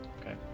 Okay